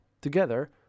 together